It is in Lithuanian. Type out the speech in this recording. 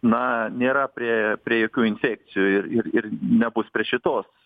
na nėra prie prie jokių infekcijų ir ir ir nebus prie šitos